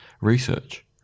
research